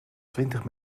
twintig